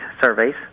surveys